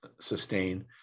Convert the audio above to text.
sustain